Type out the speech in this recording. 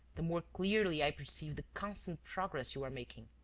the more clearly i perceive the constant progress you are making.